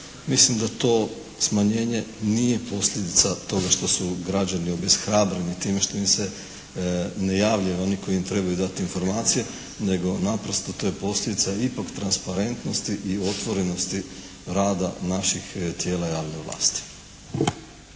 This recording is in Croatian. Mislim da to smanjenje nije posljedica toga što su građani obeshrabreni time što im se ne javljaju oni koji im trebaju dati informacije, nego naprosto to je posljedica ipak transparentnosti i otvorenosti rada naših tijela javne vlasti.